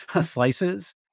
slices